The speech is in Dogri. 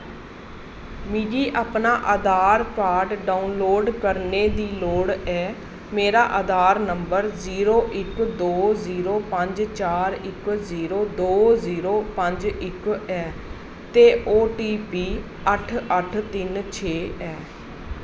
मिगी अपना आधार कार्ड डाउनलोड करने दी लोड़ ऐ मेरा आधार नंबर जीरो इक दो जीरो पंज चार इक जीरो दो जीरो पंज इक ऐ ते ओ टी पी अट्ठ अट्ठ तिन छे ऐ